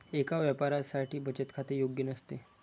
एका व्यापाऱ्यासाठी बचत खाते योग्य नसते